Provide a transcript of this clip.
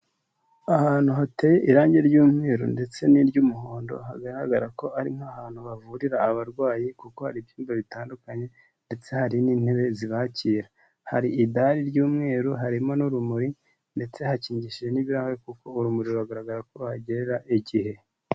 Ahantu hateye irangi ry'umweru ndetse ni ry'umuhondo hagaragara ko ari nk'ahantu bavurira abarwayi kuko hari ibyumba bitandukanye ndetse hari n'intebe zibakira. Hari idari ry'umweru, harimo n'urumuri ndetse hakigishije n'ibirahuri kuko urumuri rugaragara ko ruhagera igihe.